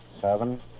seven